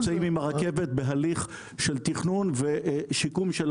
אנחנו כרגע נמצאים עם הרכבת בהליך של תכנון ושיקום.